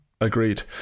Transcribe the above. Agreed